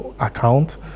account